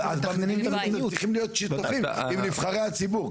--- צריך להיות שיתופיים עם נבחרי הציבור,